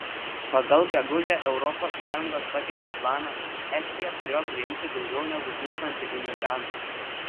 pagal gegužę europos sąjungos pateiktą planą estija turėjo priimti daugiau negu tūkstantį imigrantų